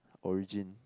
origin